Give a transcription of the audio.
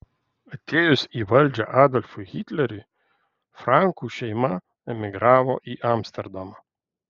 atėjus į valdžią adolfui hitleriui frankų šeima emigravo į amsterdamą